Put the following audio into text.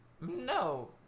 No